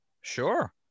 sure